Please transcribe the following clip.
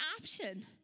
option